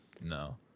No